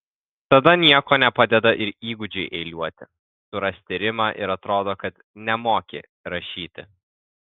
tada nieko nepadeda ir įgūdžiai eiliuoti surasti rimą ir atrodo kad nemoki rašyti